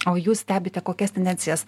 o jūs stebite kokias tendencijas